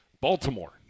Baltimore